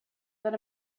that